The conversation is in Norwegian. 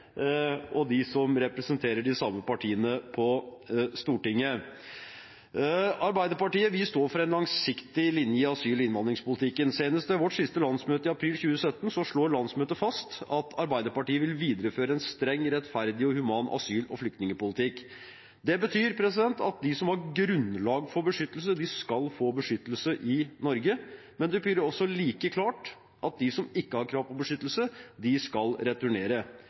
og de som representerer de samme partiene på Stortinget. Arbeiderpartiet står for en langsiktig linje i asyl- og innvandringspolitikken. Senest på vårt siste landsmøte i 2017 slo landsmøtet fast at Arbeiderpartiet vil videreføre en streng, rettferdig og human asyl- og flyktningpolitikk. Det betyr at de som har grunnlag for beskyttelse, skal få beskyttelse i Norge, men det betyr også like klart at de som ikke har krav på beskyttelse, skal returnere.